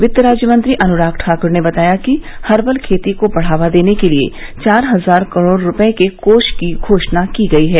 वित्त राज्य मंत्री अनुराग ठाक्र ने बताया कि हर्बल खेती को बढ़ावा देने के लिए चार हजार करोड़ रूपये के कोष की घोषणा की गई है